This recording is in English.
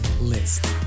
list